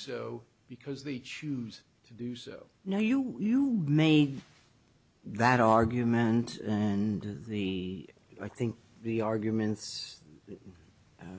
so because they choose to do so now you you made that argument and the i think the arguments